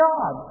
God